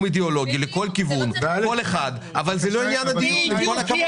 אידיאולוגי אבל זה לא העניין של הדיון.